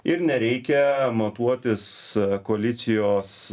ir nereikia matuotis koalicijos